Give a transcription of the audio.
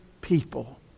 people